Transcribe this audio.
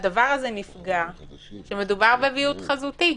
והדבר הזה נפגע כשמדובר בוויעוד חזותי.